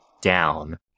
down